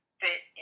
fit